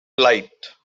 light